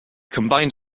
combined